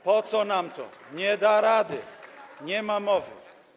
Po co nam to, nie da rady, nie ma mowy.